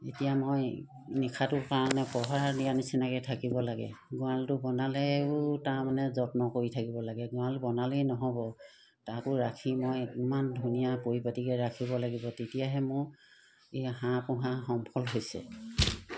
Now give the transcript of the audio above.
এতিয়া মই নিশাটোৰ কাৰণে পহৰা দিয়া নিচিনাকৈ থাকিব লাগে গঁড়ালটো বনালেও তাৰমানে যত্ন কৰি থাকিব লাগে গঁৰাল বনালেই নহ'ব তাকো ৰাখি মই ইমান ধুনীয়া পৰিপাটিকৈ ৰাখিব লাগিব তেতিয়াহে মোৰ এই হাঁহ পোহা সফল হৈছে